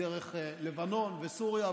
דרך לבנון וסוריה,